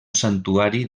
santuari